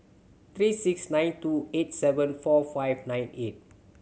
three six nine two eight seven four five nine eight